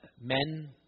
men